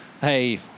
Hey